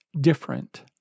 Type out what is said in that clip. different